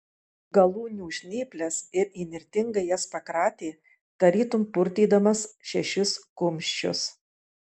galūnių žnyples ir įnirtingai jas pakratė tarytum purtydamas šešis kumščius